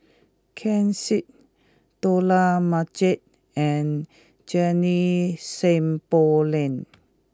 Ken Seet Dollah Majid and Junie Sng Poh Leng